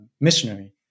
missionary